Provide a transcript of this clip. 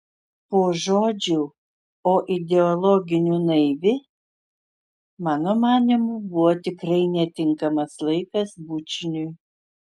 po žodžių o ideologiniu naivi mano manymu buvo tikrai netinkamas laikas bučiniui